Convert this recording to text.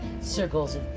circles